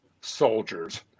soldiers